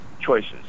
choices